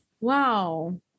Wow